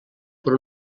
per